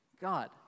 God